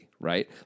right